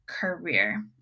career